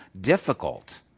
difficult